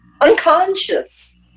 Unconscious